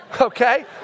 okay